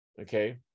okay